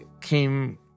came